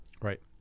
Right